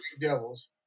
devils